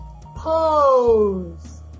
Pose